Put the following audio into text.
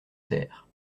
terre